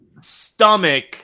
stomach